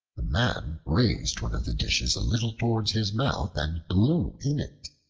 the man raised one of the dishes a little towards his mouth and blew in it.